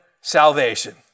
salvation